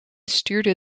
stuurde